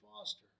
foster